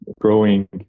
growing